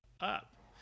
up